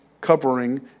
covering